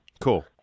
Cool